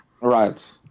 Right